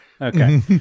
Okay